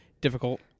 difficult